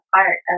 art